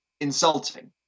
insulting